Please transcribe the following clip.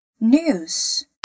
news